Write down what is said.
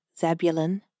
Zebulun